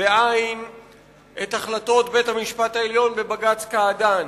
את החלטות בית-המשפט העליון בבג"ץ קעדאן,